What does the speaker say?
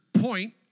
point